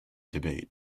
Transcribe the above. debate